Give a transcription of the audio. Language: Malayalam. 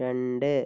രണ്ട്